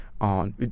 on